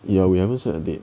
ya we haven't set a date